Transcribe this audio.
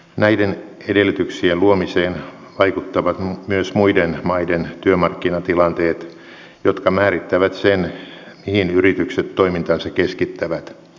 näiden edellytyksien luomiseen vaikuttavat myös muiden maiden työmarkkinatilanteet jotka määrittävät sen mihin yritykset toimintaansa keskittävät